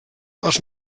els